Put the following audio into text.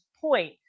point